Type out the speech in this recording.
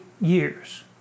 years